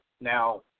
Now